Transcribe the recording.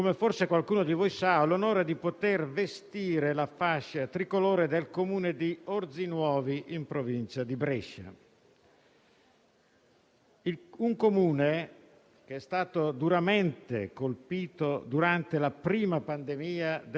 Il Comune è stato duramente colpito durante la prima ondata di pandemia dello scorso marzo, che ci ha costretto a registrare più di 120 decessi su 12.000 abitanti.